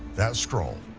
that scroll,